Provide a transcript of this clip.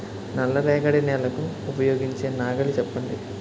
నల్ల రేగడి నెలకు ఉపయోగించే నాగలి చెప్పండి?